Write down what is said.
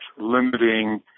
limiting